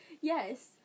Yes